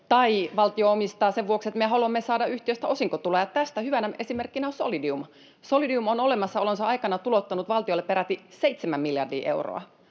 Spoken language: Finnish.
tai valtio omistaa sen vuoksi, että me haluamme saada yhtiöstä osinkotuloja. Tästä hyvänä esimerkkinä on Solidium. Solidium on olemassaolonsa aikana tulouttanut valtiolle peräti 7 miljardia euroa